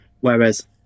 Whereas